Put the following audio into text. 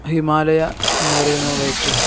ഹിമാലയ എന്ന് പറയുന്ന ബൈക്ക്